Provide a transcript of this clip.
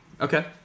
Okay